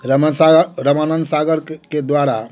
रामा साग रामानंद सागर के द्वारा